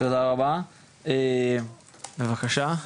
תודה רבה, בבקשה.